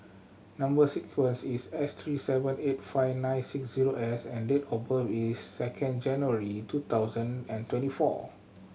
number sequence is S three seven eight five nine six zero S and date of birth is second January two thousand and twenty four